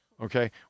Okay